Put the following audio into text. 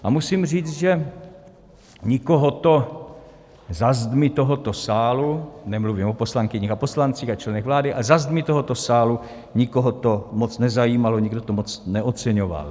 A musím říct, že nikoho to za zdmi tohoto sálu nemluvím o poslankyních a poslancích a členech vlády ale za zdmi tohoto sálu nikoho to moc nezajímalo, nikdo to moc neoceňoval.